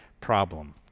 problem